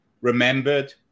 remembered